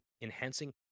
enhancing